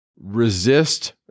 resist